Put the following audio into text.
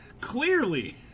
Clearly